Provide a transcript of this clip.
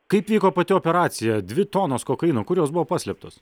kaip vyko pati operacija dvi tonos kokaino kur jos buvo paslėptos